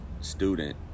student